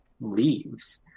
leaves